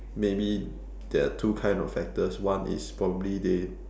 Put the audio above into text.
maybe there're two kind of factors one is probably they